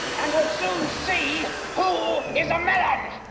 and we'll soon see who is um and